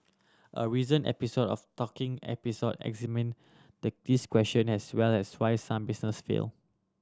a recent episode of Talking Episode examine the this question as well as why some businesses fail